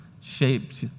shaped